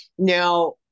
Now